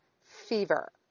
fever